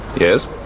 Yes